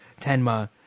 Tenma